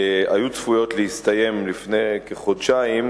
היו צפויות להסתיים לפני כחודשיים,